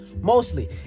Mostly